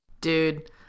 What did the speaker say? Dude